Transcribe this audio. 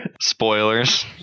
Spoilers